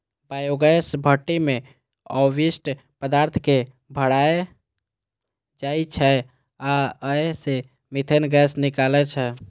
biogas भट्ठी मे अवशिष्ट पदार्थ कें सड़ाएल जाइ छै आ अय सं मीथेन गैस निकलै छै